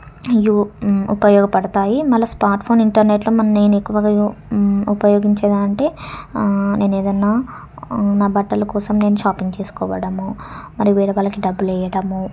అయ్యో ఉపయోగపడతాయి మళ్ళీ స్మార్ట్ఫోన్ ఇంటర్నెట్లో నేను ఎక్కువగా ఉపయోగించేదంటే నేను ఏదైనా నా బట్టల కోసం నేను షాపింగ్ చేసుకోవడము మరి వేరే వాళ్ళకి డబ్బులు వేయడము